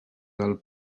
del